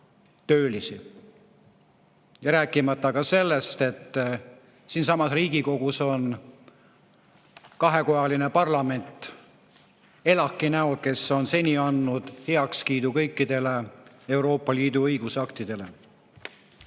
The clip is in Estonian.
töölisi. Rääkimata ka sellest, et siinsamas Riigikogus on kahekojaline parlament ELAK‑i näol, kes on seni andnud heakskiidu kõikidele Euroopa Liidu õigusaktidele.